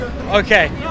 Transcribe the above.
Okay